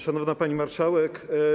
Szanowna Pani Marszałek!